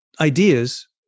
ideas